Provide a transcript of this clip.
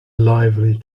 lively